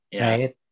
Right